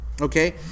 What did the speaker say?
Okay